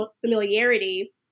familiarity